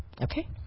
okay